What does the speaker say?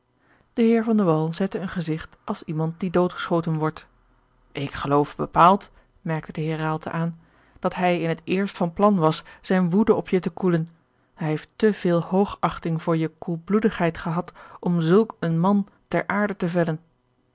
de wall zette een gezigt als iemand die doodgeschoten wordt ik geloof bepaald merkte de heer raalte aan dat hij in het eerst van plan was zijne woede op je te koelen hij heeft te veel hoogachting voor je koelbloedigheid gehad om zulk een man ter aarde te vellen